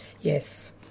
Yes